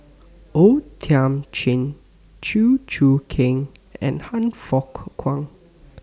O Thiam Chin Chew Choo Keng and Han Fook Kwang